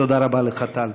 תודה רבה לך, טל.